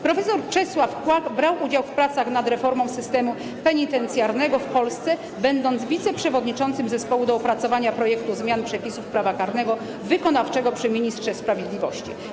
Prof. Czesław Kłak brał udział w pracach nad reformą systemu penitencjarnego w Polsce, będąc wiceprzewodniczącym zespołu do opracowania projektu zmian przepisów prawa karnego wykonawczego przy ministrze sprawiedliwości.